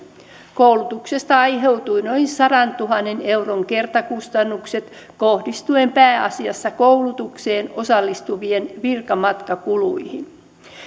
koulutuksesta aiheutuu noin sadantuhannen euron kertakustannukset kohdistuen pääasiassa koulutukseen osallistuvien virkamatkakuluihin